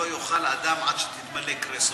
לא יאכל אדם עד שתתמלא כרסו,